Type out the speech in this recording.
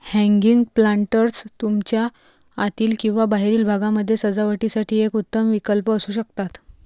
hanging planters तुमच्या आतील किंवा बाहेरील भागामध्ये सजावटीसाठी एक उत्तम विकल्प असू शकतात